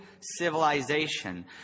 civilization